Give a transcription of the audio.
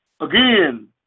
Again